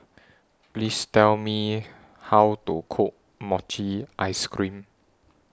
Please Tell Me How to Cook Mochi Ice Cream